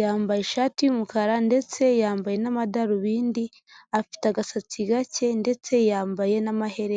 yambaye ishati y'umukara ndetse yambaye n'amadarubindi, afite agasatsi gake ndetse yambaye n'amaherena.